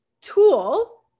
tool